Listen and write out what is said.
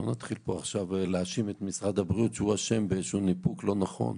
לא נתחיל פה עכשיו להאשים את משרד הבריאות שהוא אשם בניפוק לא נכון.